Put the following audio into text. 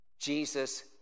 Jesus